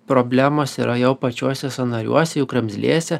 problemos yra jau pačiuose sąnariuose jų kremzlėse